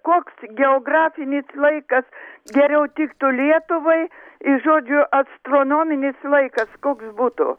koks geografinis laikas geriau tiktų lietuvai i žodžiu astronominis laikas koks būtų